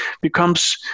becomes